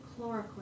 Chloroquine